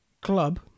club